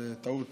זו טעות